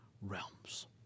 realms